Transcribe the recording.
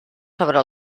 sobre